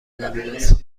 دبیرستان